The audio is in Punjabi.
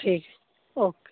ਠੀਕ ਹੈ ਓਕੇ